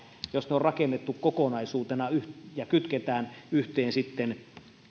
jos ne on rakennettu kokonaisuutena ja kytketään sitten